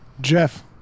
Jeff